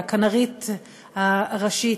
הכנ"רית הראשית,